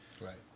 Right